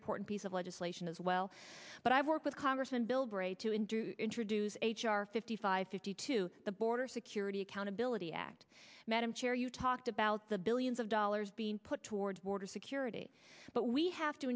important piece of legislation as well but i work with congressman bilbray to him to introduce h r fifty five fifty two the border security accountability act madam chair you talked about the billions of dollars being put toward border security but we have to